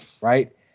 Right